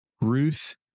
ruth